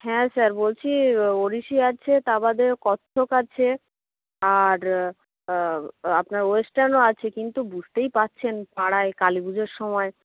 হ্যাঁ স্যার বলছি ওড়িশি আছে তা বাদেও কত্থক আছে আর আপনার ওয়েস্টার্নও আছে কিন্তু বুঝতেই পারছেন পাড়ায় কালী পুজোর সময়